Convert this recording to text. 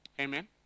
Amen